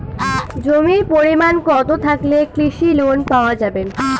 জমির পরিমাণ কতো থাকলে কৃষি লোন পাওয়া যাবে?